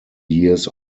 years